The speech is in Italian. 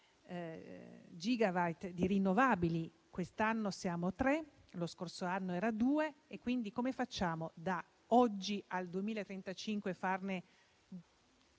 gigawatt di rinnovabili: quest'anno siamo a tre; lo scorso anno erano due. Quindi, come facciamo, da oggi al 2035, a